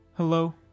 hello